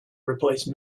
replace